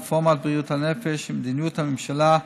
רפורמת בריאות הנפש ומדיניות הממשלה,